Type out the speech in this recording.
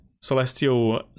Celestial